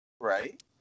Right